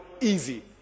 easy